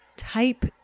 type